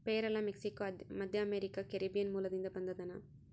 ಪೇರಲ ಮೆಕ್ಸಿಕೋ, ಮಧ್ಯಅಮೇರಿಕಾ, ಕೆರೀಬಿಯನ್ ಮೂಲದಿಂದ ಬಂದದನಾ